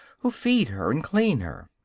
who feed her and clean her.